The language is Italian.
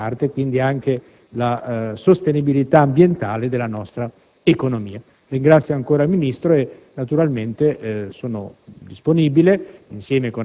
il riciclaggio della carta e quindi anche la sostenibilità ambientale della nostra economia. Ringrazio ancora il Ministro e naturalmente sono